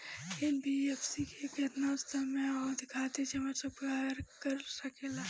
NBFC केतना समयावधि खातिर जमा स्वीकार कर सकला?